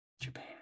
Japan